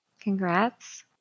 Congrats